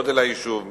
גודל היישוב,